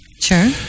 sure